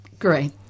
Great